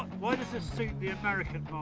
why does this suit the american